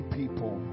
people